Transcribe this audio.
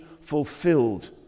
fulfilled